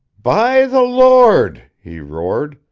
by the lord, he roared.